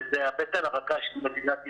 וזאת הבטן הרכה של מדינת ישראל,